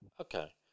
Okay